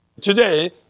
Today